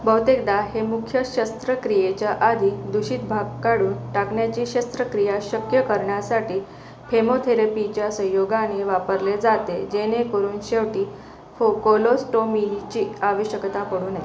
बहुतेकदा हे मुख्य शस्त्रक्रियेच्या आधी दूषित भाग काढून टाकण्याची शस्त्रक्रिया शक्य करण्यासाठी फेमोथेरपीच्या संयोगाने वापरले जाते जेणेकरून शेवटी खो कोलोस्टोमीची आवश्यकता पडू नये